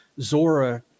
Zora